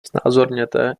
znázorněte